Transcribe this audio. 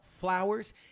Flowers